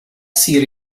she